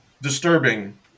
disturbing